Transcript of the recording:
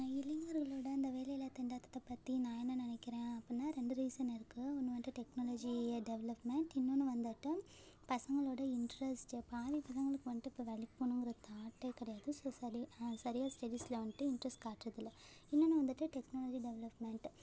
நான் இளைஞர்களோட இந்த வேலையில்லாத் திண்டாட்டத்தைப் பற்றி நான் என்ன நினைக்கிறேன் அப்பட்னா ரெண்டு ரீசன் இருக்குது ஒன்று வந்து டெக்னாலஜி டெவலப்மெண்ட் இன்னோன்னு வந்துட்டு பசங்களோட இன்ட்ரஸ்ட்டு பாதி பசங்களுக்கு வந்துட்டு இப்போ வேலைக்கு போணுங்கிற தாட்டே கிடையாது ஸோ சரி சரியா ஸ்டடிஸ்ல வந்துட்டு இன்ட்ரெஸ்ட் காட்டுறதில்ல இன்னொன்று வந்துட்டு டெக்னாலஜி டெவலப்மெண்ட்